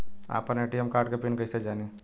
आपन ATM card के PIN कईसे जानी?